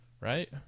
right